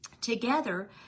Together